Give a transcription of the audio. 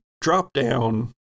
drop-down